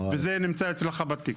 וזה נמצא אצלך בתיק.